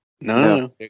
No